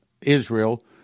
Israel